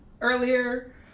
earlier